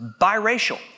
biracial